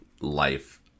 life